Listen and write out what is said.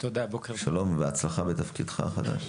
שלום ובהצלחה בתפקידך החדש.